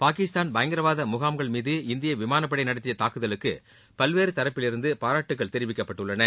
பாகிஸ்தான் பயங்கரவாத முகாம்கள் மீது இந்திய விமானப்படை நடத்திய தாக்குதலுக்கு பல்வேறு தரப்பிலிருந்து பாராட்டுகள் தெரிவிக்கப்பட்டுள்ளன